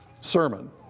Sermon